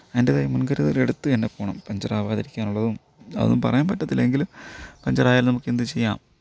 അതിൻ്റെതായ മുൻ കരുതൽ എടുത്തു തന്നെ പോകണം പഞ്ചറാവാതിരിക്കാനുള്ള അതും പറയാൻ പറ്റത്തില്ല എങ്കിലും പഞ്ചറായാൽ നമുക്ക് എന്ത് ചെയ്യാം